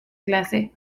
clase